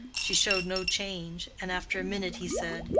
she showed no change, and after a minute he said,